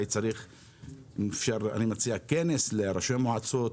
אני מציע כנס לראשי מועצות